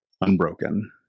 unbroken